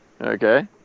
Okay